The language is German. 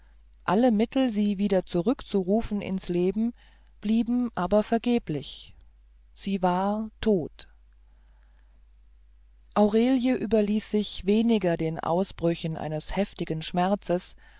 alle mittel sie wieder zurückzurufen ins leben blieben aber vergeblich sie war tot aurelie überließ sich weniger den ausbrüchen eines heftigen schmerzes